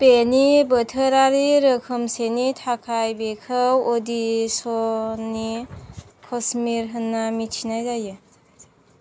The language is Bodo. बेनि बोथोरारि रोखोमसेनि थाखाय बेखौ ओडिशानि कश्मीर होन्ना मिन्थिनाय जायो